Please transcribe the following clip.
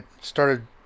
started